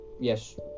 yes